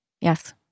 Yes